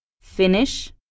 finish